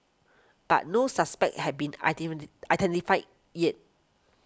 but no suspects have been identified yet